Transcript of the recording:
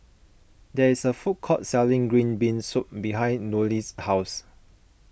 there is a food court selling Green Bean Soup behind Nolie's house